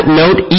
note